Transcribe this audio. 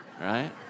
right